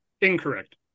incorrect